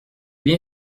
bien